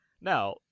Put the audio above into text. Now